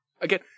Again